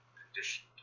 condition